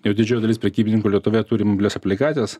jau didžioji dalis prekybininkų lietuvoje turi mobilias aplikacijas